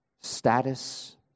Status